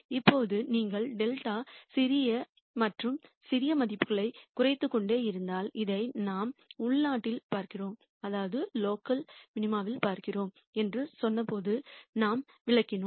இப்போது நீங்கள் δ சிறிய மற்றும் சிறிய மதிப்புகளைக் குறைத்துக்கொண்டே இருந்தால் இதை நாம் உள்நாட்டில் பார்க்கிறோம் என்று சொன்னபோது நாம் விளக்கினோம்